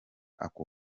ako